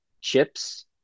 chips